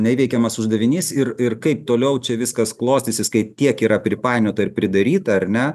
neįveikiamas uždavinys ir ir kaip toliau čia viskas klostysis kai tiek yra pripainiota ir pridaryta ar ne